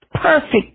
Perfect